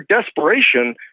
desperation